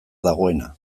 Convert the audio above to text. dagoena